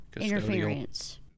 interference